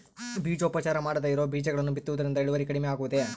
ಬೇಜೋಪಚಾರ ಮಾಡದೇ ಇರೋ ಬೇಜಗಳನ್ನು ಬಿತ್ತುವುದರಿಂದ ಇಳುವರಿ ಕಡಿಮೆ ಆಗುವುದೇ?